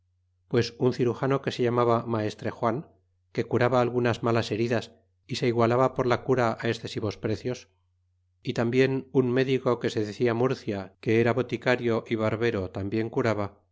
pues un cirujano que se llamaba maestre juan que curaba algunas malas heridas y se igualaba por la cura á escesivos precios y tambien un médico que se decia murcia que era boticario y barbero tambien curaba